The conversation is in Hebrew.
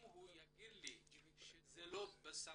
אם הוא יאמר שזה לא בסמכותו,